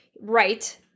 Right